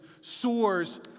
soars